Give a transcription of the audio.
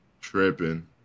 Tripping